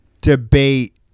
debate